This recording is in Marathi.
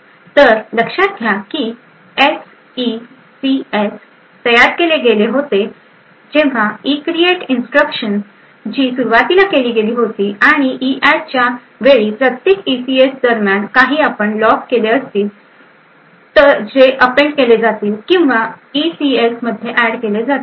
तर लक्षात घ्या की एसईसीएएस तयार केले गेले होते जेव्हा ईक्रिएट इन्स्ट्रक्शन जी सुरुवातीला केली गेली होती आणि ईऍडच्या वेळी प्रत्येक ईसीएस दरम्यान काही आपण लॉग असतील असतील असती जे अपेंड केले जातील किंवा ईसीएस मध्ये ऍड केले जातील